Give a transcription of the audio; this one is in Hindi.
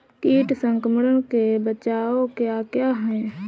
कीट संक्रमण के बचाव क्या क्या हैं?